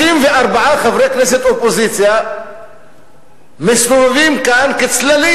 54 חברי כנסת באופוזיציה מסתובבים כאן כצללים,